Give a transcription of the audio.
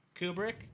Kubrick